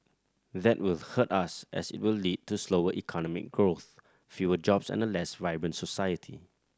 that will hurt us as it will lead to slower economic growth fewer jobs and a less vibrant society